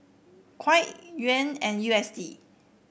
Kyat Yuan and U S D